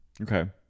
Okay